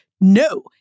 No